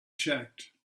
checked